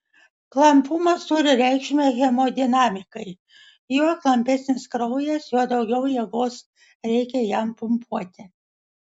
klampumas turi reikšmę hemodinamikai juo klampesnis kraujas juo daugiau jėgos reikia jam pumpuoti